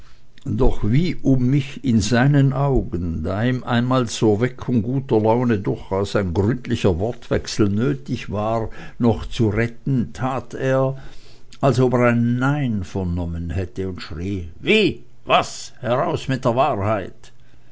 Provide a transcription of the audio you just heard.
doch wie um mich in seinen augen da ihm einmal zur weckung guter laune durchaus ein gründlicher wortwechsel nötig war noch zu retten tat er als ob er ein nein vernommen hätte und schrie wie was heraus mit der wahrheit